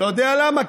אתה יודע למה?